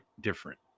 different